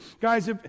Guys